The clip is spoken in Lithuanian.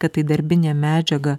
kad tai darbinė medžiaga